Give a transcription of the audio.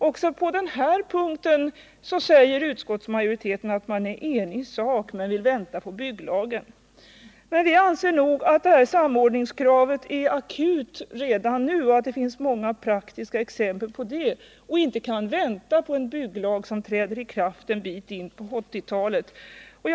Också på denna punkt säger sig utskottsmajoriteten instämma i sak men vill vänta på den nya bygglagen. Vi anser dock att detta samordningskrav är akut redan nu — det finns många praktiska exempel på det — och att ett tillgodoseende av detta inte kan vänta till dess att en ny bygglag träder i kraft ett stycke in på 1980-talet.